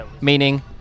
Meaning